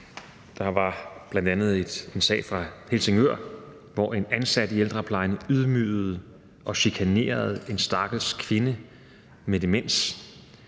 Der var bl.a. en sag fra Helsingør, hvor en ansat i ældreplejen ydmygede og chikanerede en stakkels kvinde med demens.